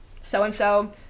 so-and-so